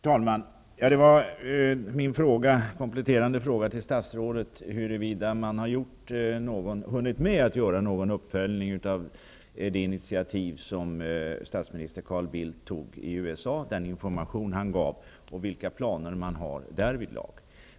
Herr talman! Jag påminner om min kompletterande fråga till statsrådet, om man har hunnit med att göra någon uppföljning av det initiativ som statsminister Carl Bildt tog i USA och den information han lämnade och vilka planer man därvidlag har.